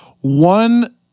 One